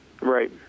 Right